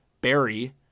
Barry